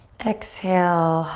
exhale,